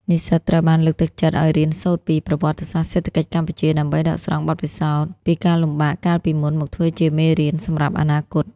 និស្សិតត្រូវបានលើកទឹកចិត្តឱ្យរៀនសូត្រពី "ប្រវត្តិសាស្ត្រសេដ្ឋកិច្ចកម្ពុជា" ដើម្បីដកស្រង់បទពិសោធន៍ពីការលំបាកកាលពីមុនមកធ្វើជាមេរៀនសម្រាប់អនាគត។